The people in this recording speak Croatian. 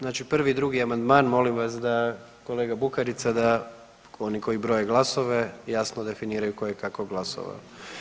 Znači 1. i 2. amandman, molim vas, da, kolega Bukarica, da oni koji broje glasove jasno definiraju tko je kako glasovao.